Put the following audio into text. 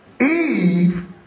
Eve